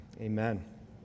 Amen